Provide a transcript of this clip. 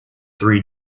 three